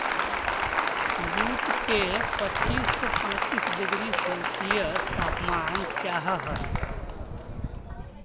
jute के पच्चीस से पैंतीस डिग्री सेल्सियस तापमान चाहहई